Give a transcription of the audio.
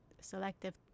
selective